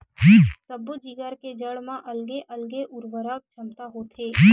सब्बो जिगर के जड़ म अलगे अलगे उरवरक छमता होथे